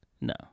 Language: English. No